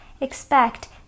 expect